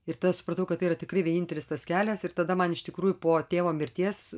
ir tada supratau kad tai yra tikrai vienintelis tas kelias ir tada man iš tikrųjų po tėvo mirties